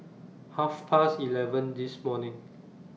Half Past eleven This morning